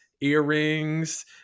earrings